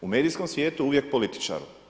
U medijskom svijetu uvijek političaru.